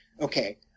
okay